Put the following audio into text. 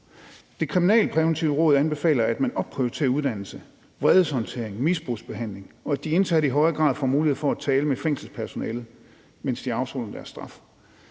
Det Kriminalpræventive Råd anbefaler, at man opprioriterer uddannelse, vredeshåndtering og misbrugsbehandling, og at de indsatte i højere grad får mulighed for at tale med fængselspersonalet, mens de afsoner deres straf.